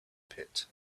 pit